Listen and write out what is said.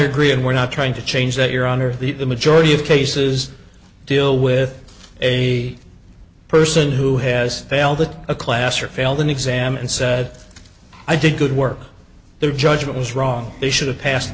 agree and we're not trying to change that your honor the the majority of cases deal with a person who has failed a class or failed an exam and said i did good work their judgment was wrong they should have passed